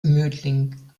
mödling